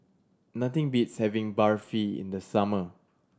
nothing beats having Barfi in the summer